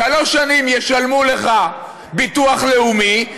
שלוש שנים ישלמו לך ביטוח לאומי,